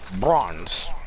bronze